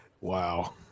Wow